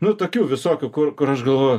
nu tokių visokių kur kur aš galvoju